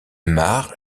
marc